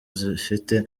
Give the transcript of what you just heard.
zifite